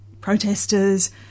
protesters